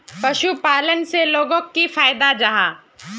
पशुपालन से लोगोक की फायदा जाहा?